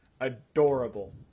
adorable